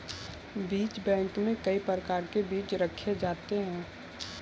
बीज बैंक में कई प्रकार के बीज रखे जाते हैं